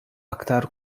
aktar